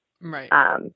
Right